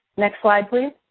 next slide, please.